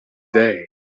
day